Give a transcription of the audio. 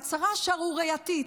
ההצהרה השערורייתית,